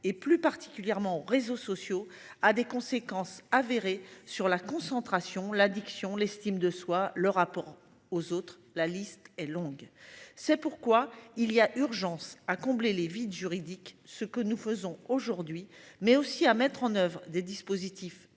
et plus particulièrement aux réseaux sociaux, a des conséquences avérées sur la concentration, la diction, l'estime de soi, le rapport aux autres, la liste est longue. C'est pourquoi il y a urgence à combler les vides juridiques. Ce que nous faisons aujourd'hui mais aussi à mettre en oeuvre des dispositifs